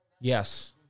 yes